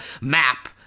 map